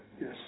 Yes